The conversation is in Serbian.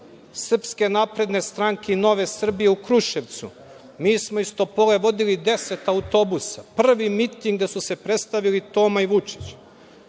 Srpske napredne stranke i Nove Srbije u Kruševcu mi smo iz Topole vodili deset autobusa, prvi miting gde su se predstavili Toma i Vučić.